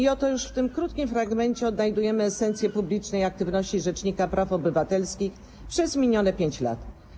I oto już w tym krótkim fragmencie odnajdujemy esencję publicznej aktywności rzecznika praw obywatelskich przez minione 5 lat.